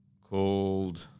called